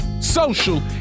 social